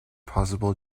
positive